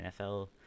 NFL